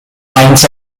wines